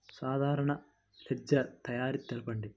సాధారణ లెడ్జెర్ తయారి తెలుపండి?